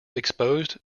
exposed